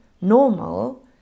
normal